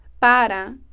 para